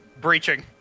Breaching